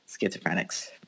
schizophrenics